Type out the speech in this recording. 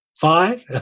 five